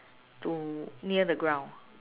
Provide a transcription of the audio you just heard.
to near the ground